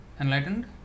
Enlightened